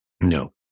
No